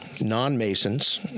non-Masons